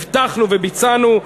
הבטחנו וביצענו,